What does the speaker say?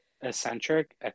Eccentric